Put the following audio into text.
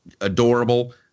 adorable